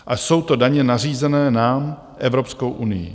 A jsou to daně nařízené nám Evropskou unií.